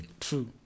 True